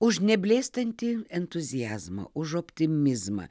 už neblėstantį entuziazmą už optimizmą